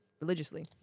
religiously